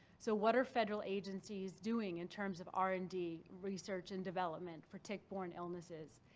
so what are federal agencies doing in terms of r and d, research and development for tick-borne illnesses?